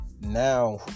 now